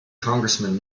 congressman